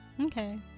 Okay